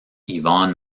yvonne